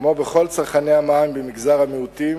כמו של כל צרכני המים במגזר המיעוטים,